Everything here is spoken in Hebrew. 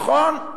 נכון,